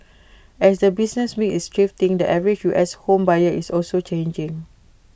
as the business mix is shifting the average U S home buyer is also changing